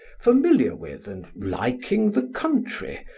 familiar with and liking the country,